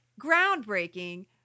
groundbreaking